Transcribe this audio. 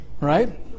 right